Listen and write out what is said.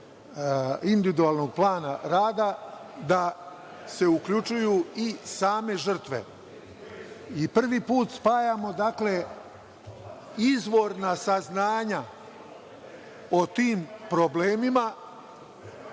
individualnog plana rada da se uključuju i same žrtve. Prvi put spajamo, dakle, izvorna saznanja o tim problemima